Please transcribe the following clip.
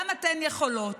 גם אתן יכולות.